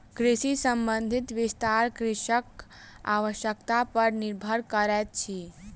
कृषि संबंधी विस्तार कृषकक आवश्यता पर निर्भर करैतअछि